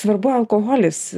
svarbu alkoholis